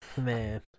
Man